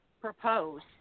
propose